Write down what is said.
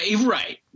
right